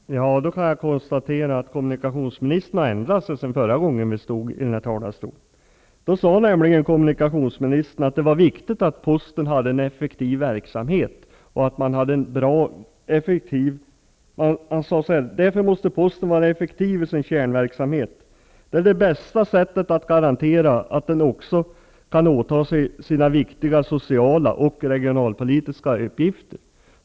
Fru talman! Då kan jag konstatera att kommunikationsministern har ändrat sig sedan vi förra gången stod i den här talarstolen. Vid det tillfället sade nämligen kommunikationsministern att det är viktigt att posten har en effektiv verksamhet. Han sade att posten måste vara effektiv i sin kärnverksamhet. Det är det bästa sättet, hette det, att garantera att den kan åta sig sina viktiga sociala och regionalpolitiska uppgifter.